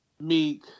Meek